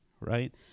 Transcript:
right